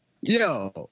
yo